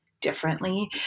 differently